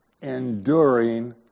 enduring